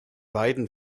beiden